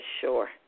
sure